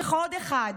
צריך עוד אחד,